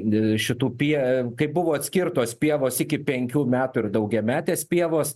ė šitų pie kai buvo atskirtos pievos iki penkių metų ir daugiametės pievos